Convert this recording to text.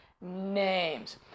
names